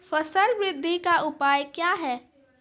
फसल बृद्धि का उपाय क्या हैं?